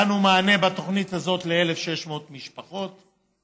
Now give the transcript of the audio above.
נתנו מענה בתוכנית הזאת ל-1,600 משפחות.